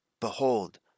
Behold